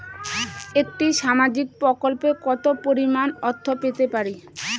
একটি সামাজিক প্রকল্পে কতো পরিমাণ অর্থ পেতে পারি?